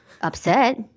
upset